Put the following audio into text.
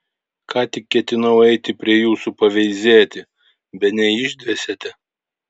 ką tik ketinau eiti prie jūsų paveizėti bene išdvėsėte